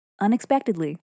unexpectedly